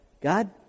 God